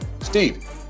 Steve